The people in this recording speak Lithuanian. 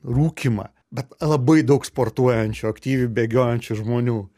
rūkymą bet labai daug sportuojančių aktyvių bėgiojančių žmonių